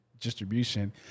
distribution